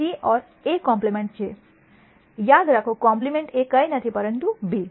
યાદ રાખો compliment A કંઈ નથી પરંતુ બી